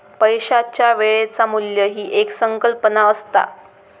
पैशाच्या वेळेचा मू्ल्य ही एक संकल्पना असता